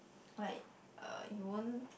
like uh you won't